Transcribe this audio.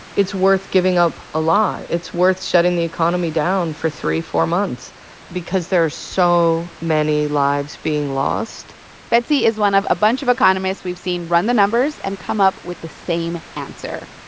it's worth giving up a lot. it's worth shutting the economy down for three, four months because there are so many lives being lost betsey is one of a bunch of economists we've seen run the numbers and come up with the same answer.